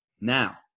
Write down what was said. Now